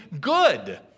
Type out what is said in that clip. good